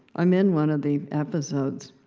i'm in one of the episodes.